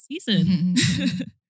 season